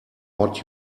what